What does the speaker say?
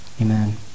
Amen